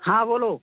हाँ बोलो